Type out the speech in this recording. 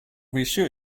reassure